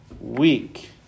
week